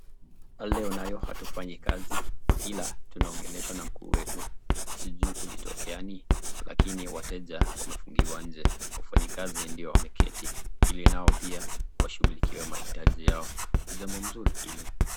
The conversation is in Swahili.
Leo nayo hatufanyi kazi ila tunaongeleshwa na mkuu wetu. Sijui kulitokeani lakini wateja wamefungiwa nje, wafanyikazi ndio wameketi ili nao pia washughulikie mahitaji yao. Ni jambo mzuri ili